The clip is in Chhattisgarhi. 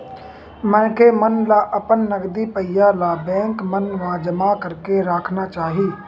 मनखे मन ल अपन नगदी पइया ल बेंक मन म जमा करके राखना चाही